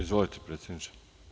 Izvolite predsedniče.